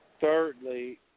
Thirdly